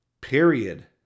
period